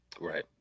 Right